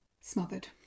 smothered